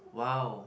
!wow!